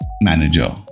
manager